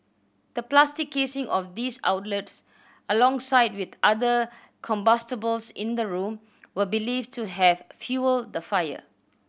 the plastic casing of these outlets alongside with other combustibles in the room were believed to have fuelled the fire